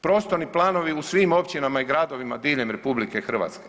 Prostorni planovi u svim općinama i gradovima diljem RH.